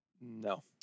No